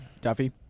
Duffy